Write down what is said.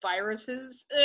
viruses